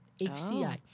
HCI